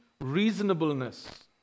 reasonableness